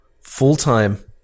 full-time